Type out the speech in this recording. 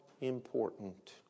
important